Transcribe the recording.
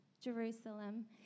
Jerusalem